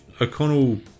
O'Connell